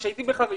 הייתי בחריש,